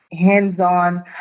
hands-on